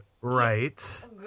right